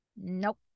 Nope